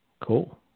cool